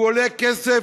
הוא עולה כסף,